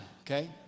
okay